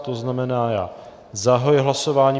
To znamená, já zahajuji hlasování.